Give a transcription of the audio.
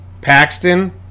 Paxton